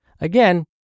Again